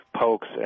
pokes